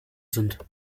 sind